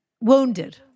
wounded